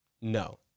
No